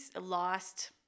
lost